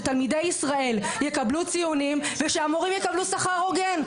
כדי שתלמידי ישראל יקבלו ציונים ושהמורים יקבלו שכר הוגן.